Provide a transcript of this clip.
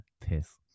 piss